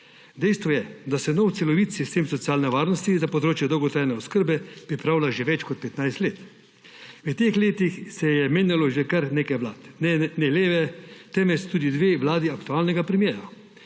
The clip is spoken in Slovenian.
Dejstvo je, da se nov celovit sistem socialne varnosti za področje dolgotrajne oskrbe pripravlja že več kot 15 let. V teh letih se je menjalo že kar nekaj vlad, ne le leve, temveč tudi dve vladi aktualnega premierja.